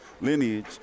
lineage